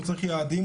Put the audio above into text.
הוא צריך יעדים,